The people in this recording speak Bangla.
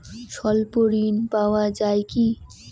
স্বল্প ঋণ পাওয়া য়ায় কি?